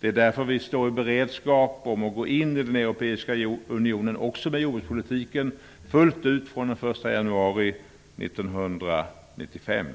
Därför står vi i beredskap att gå in i den europeiska unionen fullt ut också med jordbrukspolitiken från den 1 januari 1995.